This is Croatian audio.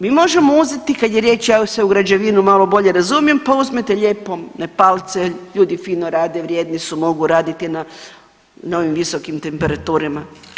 Mi možemo uzeti kad je riječ, ja se u građevinu malo bolje razumijem, pa uzmite lijepo Nepalce ljudi fino rade, vrijedni su mogu raditi na ovim visokim temperaturama.